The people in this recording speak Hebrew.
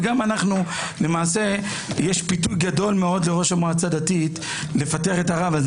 וגם למעשה יש פיתוי גדול מאוד לראש המועצה הדתית לפטר את הרב הזה,